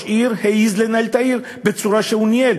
עיר העז לנהל את העיר בצורה שהוא ניהל.